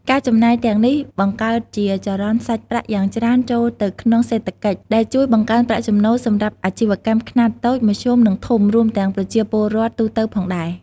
ការចំណាយទាំងនេះបង្កើតជាចរន្តសាច់ប្រាក់យ៉ាងច្រើនចូលទៅក្នុងសេដ្ឋកិច្ច ដែលជួយបង្កើនប្រាក់ចំណូលសម្រាប់អាជីវកម្មខ្នាតតូច មធ្យម និងធំ រួមទាំងប្រជាពលរដ្ឋទូទៅផងដែរ។